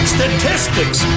Statistics